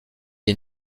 est